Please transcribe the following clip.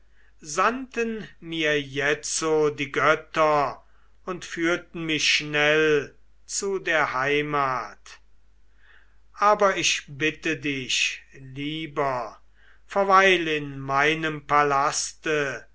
sandten mir jetzo die götter und führten mich schnell zu der heimat aber ich bitte dich lieber verweil in meinem palaste